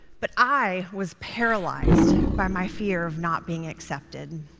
but i was paralyzed by my fear of not being accepted.